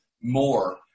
more